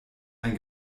ein